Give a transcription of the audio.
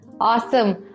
Awesome